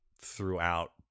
throughout